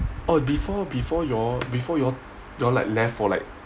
oh before before you all before you all you all like left for like